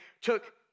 took